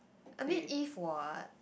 I mean if what